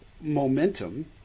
momentum